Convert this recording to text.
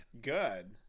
Good